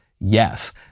yes